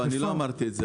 אני לא אמרתי את זה.